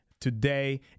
today